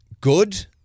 good